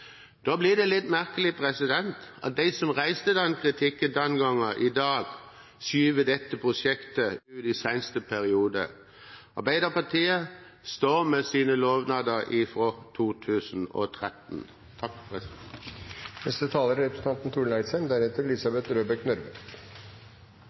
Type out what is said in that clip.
Da blir det litt merkelig at de som reiste den kritikken den gangen, i dag skyver dette prosjektet ut til siste periode. Arbeiderpartiet står ved sine lovnader fra 2013. For Nordhordland og nordre del av Bergen er